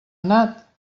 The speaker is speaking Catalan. anat